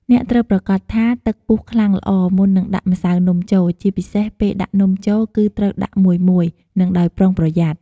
អ្នកត្រូវប្រាកដថាទឹកពុះខ្លាំងល្អ មុននឹងដាក់ម្សៅនំចូល ជាពិសេស ពេលដាក់នំចូល គឺត្រូវដាក់មួយៗ និងដោយប្រុងប្រយ័ត្ន។